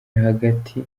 hagati